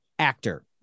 actor